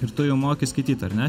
ir tu jau moki skaityt ar ne